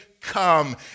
come